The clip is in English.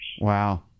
Wow